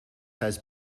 has